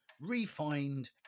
refined